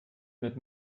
mit